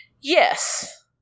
Yes